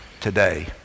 today